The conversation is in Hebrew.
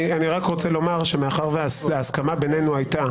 ואני רק רוצה לומר שמאחר שההסכמה בינינו הייתה